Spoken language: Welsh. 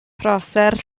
prosser